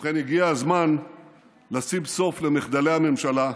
ובכן, הגיע הזמן לשים סוף למחדלי הממשלה.